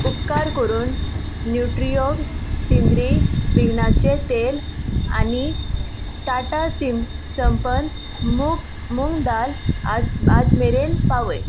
उपकार करून न्युट्रिओग सिंद्री बिकणांचें तेल आनी टाटा सिम संपन्न मूंग मूंग दाल आयज आयज मेरेन पावय